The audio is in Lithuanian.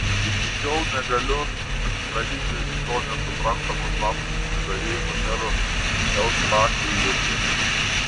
iki šiol negaliu atsikratyti to nesuprantamo slapto susižavėjimo seru eustachijumi